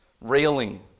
railing